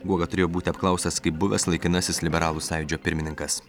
guoga turėjo būti apklaustas kaip buvęs laikinasis liberalų sąjūdžio pirmininkas